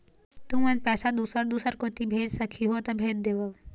तुमन पैसा दूसर दूसर कोती भेज सखीहो ता भेज देवव?